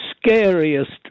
scariest